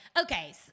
Okay